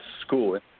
school